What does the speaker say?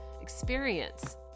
experience